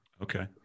okay